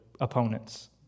opponents